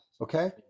Okay